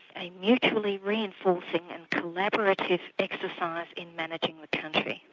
a mutually reinforcing and collaborative exercise in managing the country,